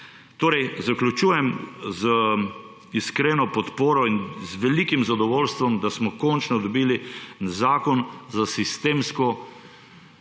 Zaključujem z iskreno podporo in z velikim zadovoljstvom, da smo končno dobili zakon za sistemsko